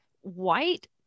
white